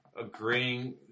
agreeing